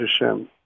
Hashem